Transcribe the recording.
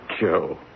Joe